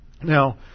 Now